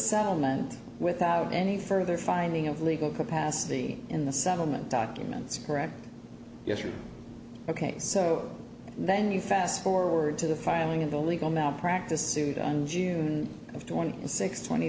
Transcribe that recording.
settlement without any further finding of legal capacity in the settlement documents correct yes ok so and then you fast forward to the filing of the legal malpractise suit on june twenty sixth twenty